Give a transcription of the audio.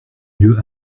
mieux